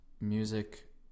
music